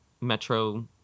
Metro